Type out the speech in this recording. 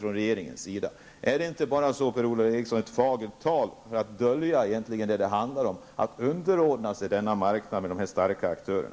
Är det inte här bara fråga om ett fagert tal för att dölja det som det egentligen handlar om, nämligen att man skall underordna sig en marknad med dessa starka aktörer?